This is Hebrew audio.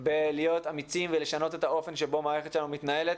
בלהיות אמיצים ולשנות את האופן שבו המערכת שלנו מתנהלת,